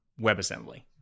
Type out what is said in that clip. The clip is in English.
WebAssembly